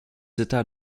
états